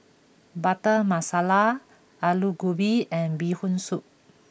Butter Masala Aloo Gobi and Bee Hoon Soup